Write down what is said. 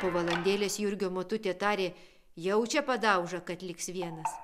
po valandėlės jurgio motutė tarė jaučia padauža kad liks vienas